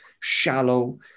shallow